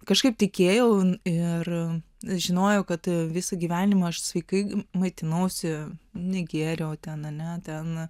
kažkaip tikėjau ir žinojau kad visą gyvenimą aš sveikai maitinausi negėriau ten ane ten